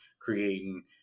creating